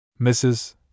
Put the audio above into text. Mrs